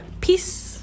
peace